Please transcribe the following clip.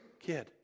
kid